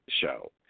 show